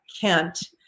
Kent